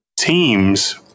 teams